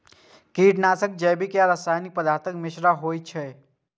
कीटनाशक जैविक आ रासायनिक पदार्थक मिश्रण होइ छै